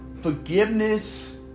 Forgiveness